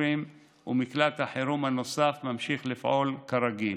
ומקלט החירום הנוסף ממשיך לפעול כרגיל.